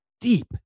deep